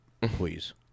please